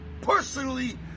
personally